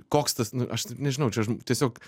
koks tas nu aš nežinau čia aš tiesiog